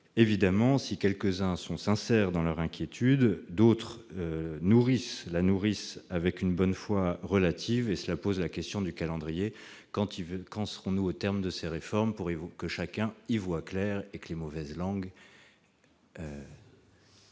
générale, si quelques-uns sont sincères en manifestant leur inquiétude, d'autres la nourrissent avec une bonne foi relative. Cela pose la question du calendrier. Quand arriverons-nous au terme de ces réformes pour que chacun y voie clair et que les mauvaises langues s'arrêtent ?